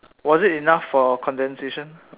was it enough for condensation